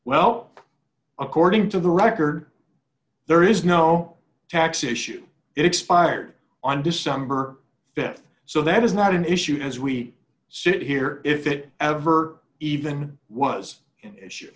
well according to the record there is no tax issue it expired on december th so that is not an issue as we sit here if it ever even was an issue